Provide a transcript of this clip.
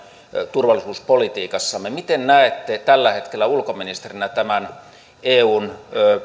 turvallisuuspolitiikassamme miten näette tällä hetkellä ulkoministerinä tämän eun